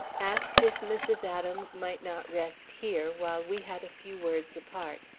asked if mrs. adams might not rest here while we had a few words apart.